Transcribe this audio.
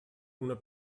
una